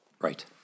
Right